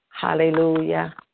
Hallelujah